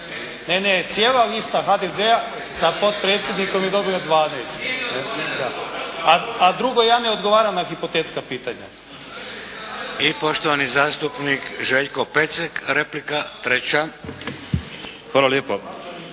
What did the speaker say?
Ne, ne cijela lista HDZ-a sa potpredsjednikom je dobio 12. A drugo, ja ne odgovaram na hipotetska pitanja. **Šeks, Vladimir (HDZ)** I poštovani zastupnik Željko Pecek, replika treća. **Pecek,